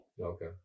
Okay